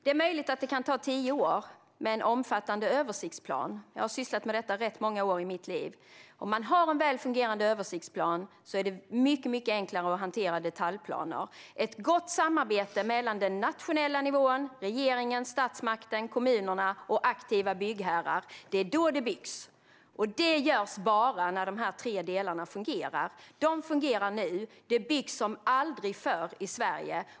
Det är möjligt att det kan ta tio år med en omfattande översiktsplan. Jag har sysslat med detta i rätt många år av mitt liv. Om man har en väl fungerande översiktsplan är det mycket enklare att hantera detaljplaner. Det är med ett gott samarbete mellan den nationella nivån - regeringen, statsmakten och kommunerna - och aktiva byggherrar som det byggs. Det görs bara när dessa tre delar fungerar. De fungerar nu, och det byggs som aldrig förr i Sverige.